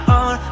on